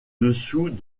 dessous